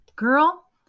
Girl